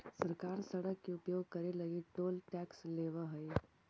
सरकार सड़क के उपयोग करे लगी टोल टैक्स लेवऽ हई